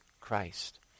Christ